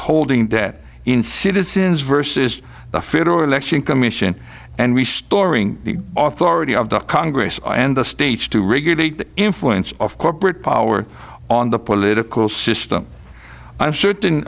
holding debt in citizens vs the federal election commission and we storing the author already of the congress and the states to regulate the influence of corporate power on the political system i'm certain